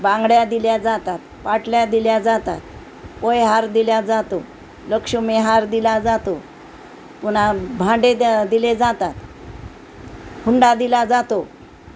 बांगड्या दिल्या जातात पाटल्या दिल्या जातात पोहेहार दिला जातो लक्ष्मीहार दिला जातो पुन्हा भांडे द्या दिले जातात हुंडा दिला जातो